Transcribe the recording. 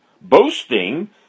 Boasting